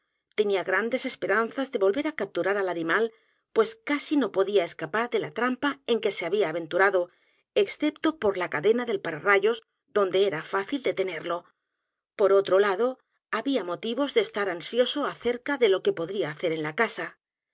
tenía grandes esperanzas de volver á capturar al animal pues casi no podía escapar de la trampa en que se había aventurado excepto por la cadena del pararrayos donde era fácil detenerlo por otro lado había motivos de estar ansioso acerca de lo que podría hacer en la casa